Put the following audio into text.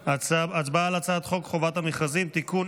הצבעה על הצעת חוק חובת המכרזים (תיקון,